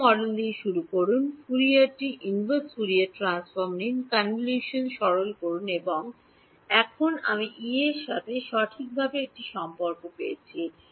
Debbie model দিয়ে শুরু করুন ফুরিয়ারটিকে ইনভার্স ফুরিয়ার ট্রান্সফর্ম নিন কনভোলশনটি সরল করুন এবং এখন আমি E র সাথে সঠিকভাবে একটি সম্পর্ক পেয়েছি